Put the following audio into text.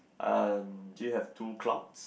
uh do you have two clouds